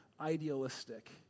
idealistic